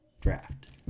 draft